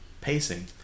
Pacing